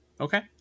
Okay